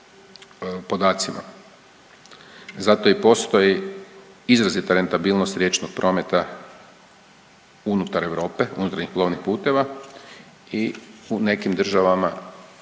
Zato i postoji izrazita rentabilnost riječnog prometa unutar Europe, unutar plovnih puteva i u nekim državama